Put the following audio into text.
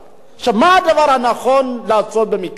עכשיו, מה הדבר הנכון לעשות במקרה שכזה?